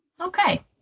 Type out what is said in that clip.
Okay